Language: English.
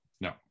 No